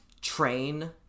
train